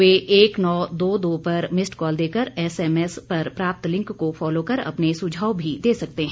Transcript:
वे एक नौ दो दो पर मिस्ड कॉल देकर एसएमएस पर प्राप्त लिंक को फॉलो कर अपने सुझाव भी दे सकते हैं